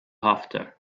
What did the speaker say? after